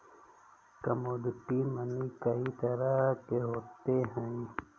commodity money कई तरह के हो सकते हैं